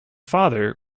father